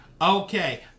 Okay